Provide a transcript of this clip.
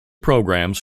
programmes